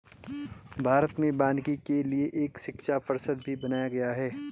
भारत में वानिकी के लिए एक शिक्षा परिषद भी बनाया गया है